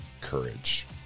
courage